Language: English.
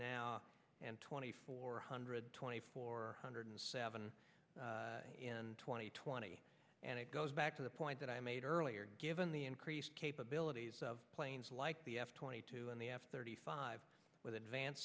now and twenty four hundred twenty four hundred seven two thousand and twenty and it goes back to the point that i made earlier given the increased capabilities of planes like the f twenty two and the f thirty five with advanced